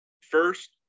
first